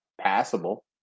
passable